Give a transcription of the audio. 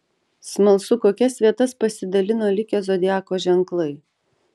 smalsu kokias vietas pasidalino likę zodiako ženklai